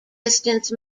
distance